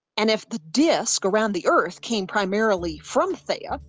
and if the disc around the earth came primarily from theia,